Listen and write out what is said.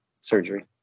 surgery